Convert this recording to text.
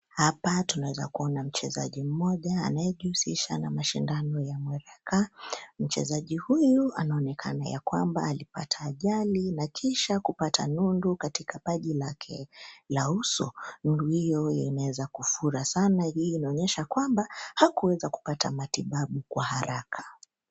Hapa tunaweza kumwona mchezaji mmoja anayejihusisha na mashindano ya miereka. Mchezaji huyu anaonekana ya kwamba alipata ajali na kisha kupata nundu katika paji lake, la uso. Nundu hiyo imeweza kufura sana, hii inaonyesha kwamba, hakuweza kupata matibabu kwa haraka.